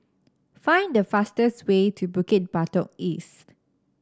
find the fastest way to Bukit Batok East